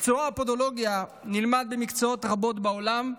מקצוע הפודולוגיה נלמד במקצועות רבים בעולם,